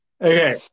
okay